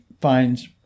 finds